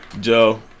Joe